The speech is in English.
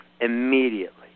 immediately